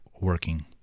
working